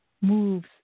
moves